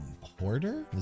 Hoarder